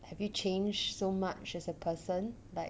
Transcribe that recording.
have you change so much as a person but